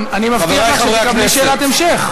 אני רוצה לשאול שאלה נוספת.